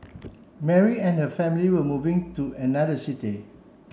Mary and her family were moving to another city